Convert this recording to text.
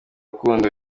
rukundo